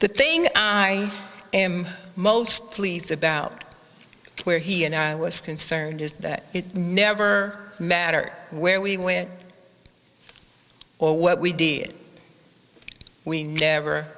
the thing i am most pleased about where he and i was concerned is that it never mattered where we win or what we did we never